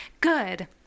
Good